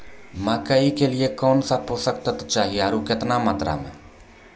मकई के लिए कौन कौन पोसक तत्व चाहिए आरु केतना मात्रा मे?